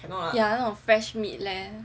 ya 那种 fresh meat leh